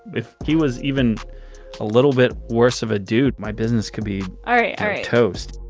if he was even a little bit worse of a dude, my business could be. all right, all right. toast